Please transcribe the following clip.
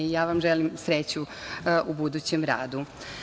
Ja vam želim sreću u budućem radu.